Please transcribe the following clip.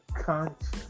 conscious